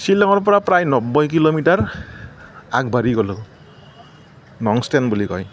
শ্বিলঙৰ পৰা প্ৰায় নব্বৈ কিলোমিটাৰ আগবাঢ়ি গ'লো নংষ্টেন বুলি কয়